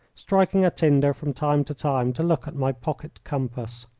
striking a tinder from time to time to look at my pocket compass.